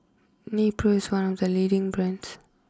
Nepro is one of the leading brands